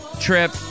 trip